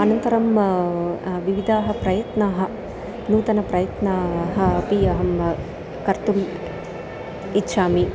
अनन्तरं विविधाः प्रयत्नाः नूतनप्रयत्नाः अपि अहं कर्तुम् इच्छामि